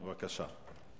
בבקשה.